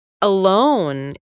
alone